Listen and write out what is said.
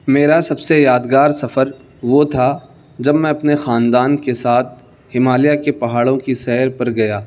میرا سب سے یادگار سفر وہ تھا جب میں اپنے خاندان کے ساتھ ہمالیہ کے پہاڑوں کی سیر پر گیا